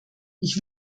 ich